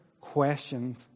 questioned